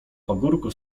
pagórku